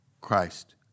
Christ